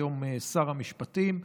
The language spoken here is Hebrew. היום שר המשפטים,